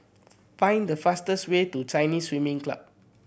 find the fastest way to Chinese Swimming Club